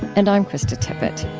and i'm krista tippett